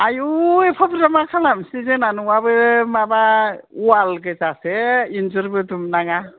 आयु एफा बुर्जा मा खालामसै जोंना न'आबो माबा अवाल गोजासो इन्जुरबो दुमनाङा